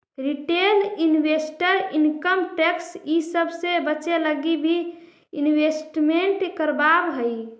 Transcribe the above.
retail investor income tax इ सब से बचे लगी भी इन्वेस्टमेंट करवावऽ हई